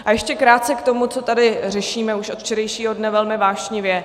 A ještě krátce k tomu, co tady řešíme už od včerejšího dne velmi vášnivě.